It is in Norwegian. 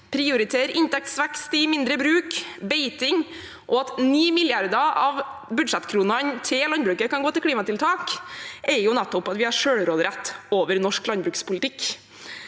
prioritere inntektsvekst i mindre bruk, beiting, og at 9 mrd. kr av budsjettkronene til landbruket kan gå til klimatiltak, er nettopp at vi har selvråderett over norsk landbrukspolitikk,